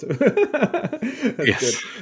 Yes